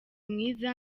mwiza